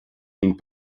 ning